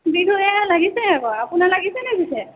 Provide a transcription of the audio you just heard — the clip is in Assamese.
বিহু এইয়া লাগিছে আকৌ আপোনাৰ লাগিছে নে পিছে